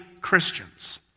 Christians